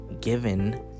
given